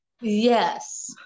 Yes